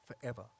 forever